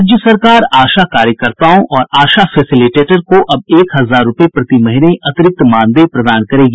राज्य सरकार आशा कार्यकर्ताओं और आशा फेसिलिटेटर को अब एक हजार रूपये प्रति महीने अतिरिक्त मानदेय प्रदान करेगी